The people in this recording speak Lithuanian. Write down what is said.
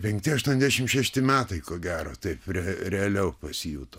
penkti aštuoniasdešimt šešti metai ko gero taip realiau pasijuto